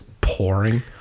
pouring